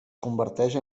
converteix